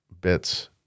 bits